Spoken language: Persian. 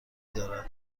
دارد